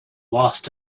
lost